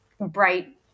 bright